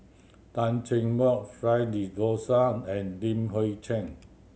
Tan Cheng Bock Fred De Souza and Li Hui Cheng